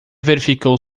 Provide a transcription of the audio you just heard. verificou